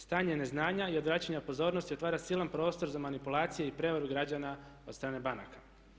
Stanje neznanja i odvraćanja pozornosti otvara silan prostor za manipulacije i prijevaru građana od strane banaka.